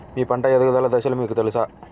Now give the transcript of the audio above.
మీ పంట ఎదుగుదల దశలు మీకు తెలుసా?